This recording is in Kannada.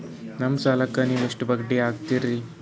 ನಮ್ಮ ಸಾಲಕ್ಕ ನೀವು ಬಡ್ಡಿ ಎಷ್ಟು ಹಾಕ್ತಿರಿ?